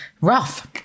rough